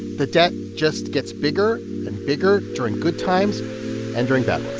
the debt just gets bigger and bigger during good times and during bad